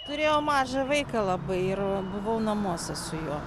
turėjau mažą vaiką labai ir buvau namuose su juo